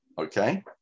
okay